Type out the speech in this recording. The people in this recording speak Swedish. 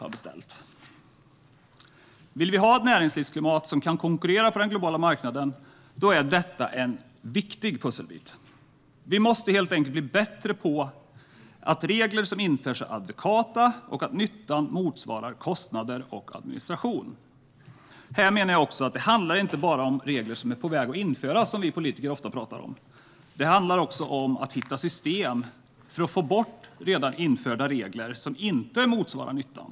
Om vi vill ha ett näringslivsklimat som kan konkurrera på den globala marknaden är denna fråga en viktig pusselbit. Vi måste helt enkelt bli bättre på att införa regler som är adekvata och där nyttan motsvarar kostnader och administration. Här menar jag också att det inte bara handlar om regler som är på väg att införas - som vi politiker ofta pratar om - utan det handlar också om att hitta system för att få bort redan införda regler som inte motsvarar nyttan.